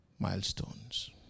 Milestones